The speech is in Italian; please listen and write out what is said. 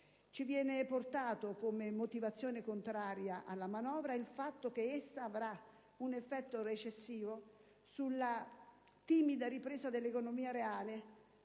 Ci viene portato, come motivazione contraria alla manovra, il fatto che essa avrà un effetto recessivo sulla timida ripresa dell'economia reale